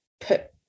put